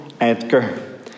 Edgar